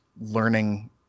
learning